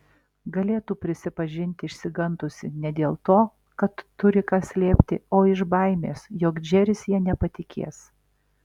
galėtų prisipažinti išsigandusi ne dėl to kad turi ką slėpti o iš baimės jog džeris ja nepatikės